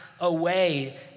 away